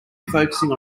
focusing